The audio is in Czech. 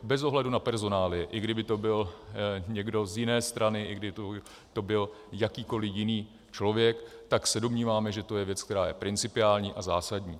Bez ohledu na personálie, i kdyby to byl někdo z jiné strany, i kdyby to byl jakýkoliv jiný člověk, tak se domníváme, že to je věc, která je principiální a zásadní.